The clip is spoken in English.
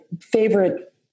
favorite